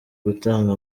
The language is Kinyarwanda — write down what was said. gutanga